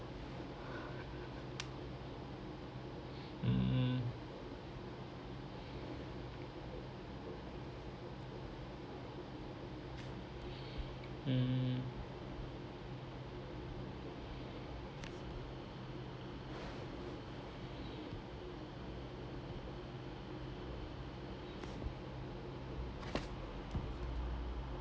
mm mm